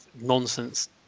nonsense